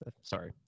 sorry